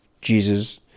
Jesus